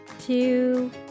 two